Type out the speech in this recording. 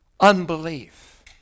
unbelief